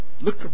Look